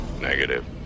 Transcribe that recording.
Negative